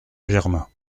germain